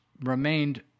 remained